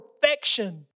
perfection